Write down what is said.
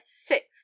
six